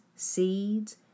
Seeds